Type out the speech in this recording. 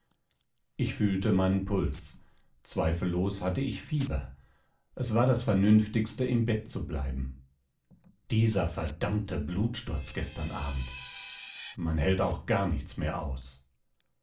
ich fühlte meinen puls zweifellos hatte ich fieber es war das vernünftigste im bett zu bleiben dieser verdammte blutsturz gestern abend man hält auch gar nichts mehr aus